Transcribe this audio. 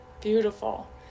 Beautiful